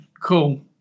cool